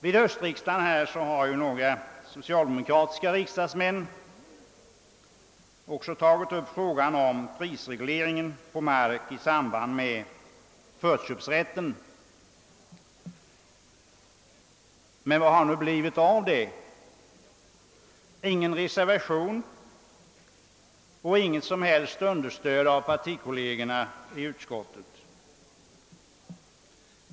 Vid höstriksdagen har också några socialdemokratiska riksdagsmän tagit upp frågan om prisregleringen på mark i samband med förköpsrätten. Men vad har det blivit av detta? Ingen reservation och inget som helst understöd av partikollegerna i utskottet.